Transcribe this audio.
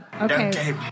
Okay